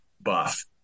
buff